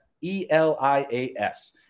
E-L-I-A-S